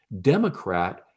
Democrat